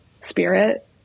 spirit